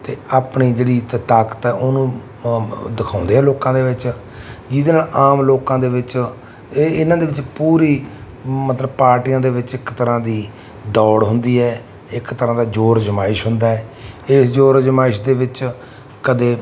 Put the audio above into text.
ਅਤੇ ਆਪਣੀ ਜਿਹੜੀ ਇੱਥੇ ਤਾਕਤ ਹੈ ਉਹਨੂੰ ਦਿਖਾਉਂਦੇ ਆ ਲੋਕਾਂ ਦੇ ਵਿੱਚ ਜਿਹਦੇ ਨਾਲ ਆਮ ਲੋਕਾਂ ਦੇ ਵਿੱਚ ਇਹ ਇਹਨਾਂ ਦੇ ਵਿੱਚ ਪੂਰੀ ਮਤਲਬ ਪਾਰਟੀਆਂ ਦੇ ਵਿੱਚ ਇੱਕ ਤਰ੍ਹਾਂ ਦੀ ਦੌੜ ਹੁੰਦੀ ਹੈ ਇੱਕ ਤਰ੍ਹਾਂ ਦਾ ਜੋਰ ਆਜ਼ਮਾਇਸ਼ ਹੁੰਦਾ ਹੈ ਇਸ ਜੋਰ ਆਜ਼ਮਾਇਸ਼ ਦੇ ਵਿੱਚ ਕਦੇ